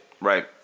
Right